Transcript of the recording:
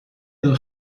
edo